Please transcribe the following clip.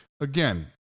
Again